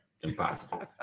Impossible